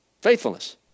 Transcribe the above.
Faithfulness